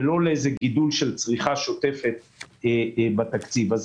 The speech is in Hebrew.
ולא לגידול של צריכה שוטפת בתקציב הזה.